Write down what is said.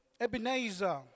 Ebenezer